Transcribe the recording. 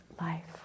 life